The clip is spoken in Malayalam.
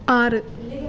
ആറ്